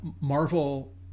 Marvel